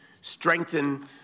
strengthen